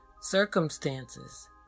circumstances